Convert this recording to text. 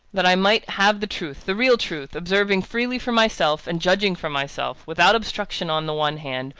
that i might have the truth, the real truth, observing freely for myself, and judging for myself, without obstruction on the one hand,